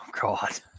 god